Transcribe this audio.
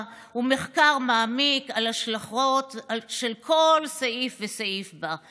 ומחקר מעמיק על השלכות של כל סעיף וסעיף בה,